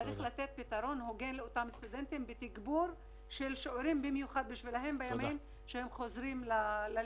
צריך לתת לאותם סטודנטים תגבור של השיעורים כשהם חוזרים ללימודים.